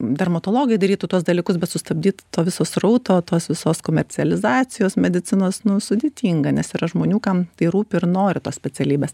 dermatologai darytų tuos dalykus bet sustabdyt to viso srauto tos visos komercializacijos medicinos nu sudėtinga nes yra žmonių kam tai rūpi ir nori tos specialybės